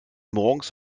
morgens